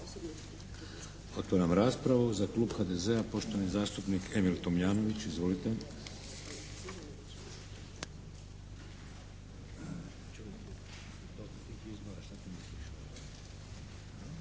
Otvaram raspravu. Za klub HDZ-a, poštovani zastupnik Emil Tomljanović, izvolite.